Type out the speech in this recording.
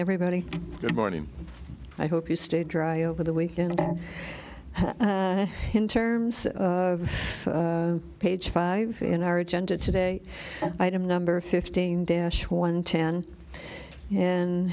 everybody morning i hope you stay dry over the weekend in terms of page five in our agenda today item number fifteen dash one ten and